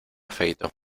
afeito